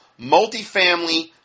multifamily